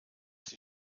die